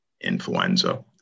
influenza